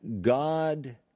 God